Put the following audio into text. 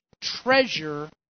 treasure